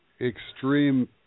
extreme –